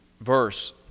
verse